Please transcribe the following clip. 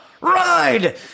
Ride